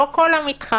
לא כל המתחם.